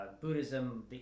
Buddhism